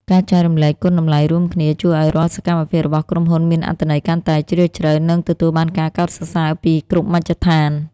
ការចែករំលែកគុណតម្លៃរួមគ្នា ជួយឱ្យរាល់សកម្មភាពរបស់ក្រុមហ៊ុនមានអត្ថន័យកាន់តែជ្រាលជ្រៅ និងទទួលបានការកោតសរសើរពីគ្រប់មជ្ឈដ្ឋាន។